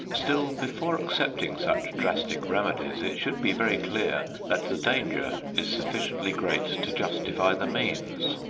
still before accepting such drastic remedies it should be very clear that the danger is sufficiently great to justify the means,